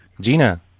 Gina